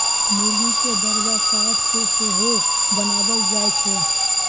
मूर्गी के दरबा काठ से सेहो बनाएल जाए छै